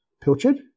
pilchard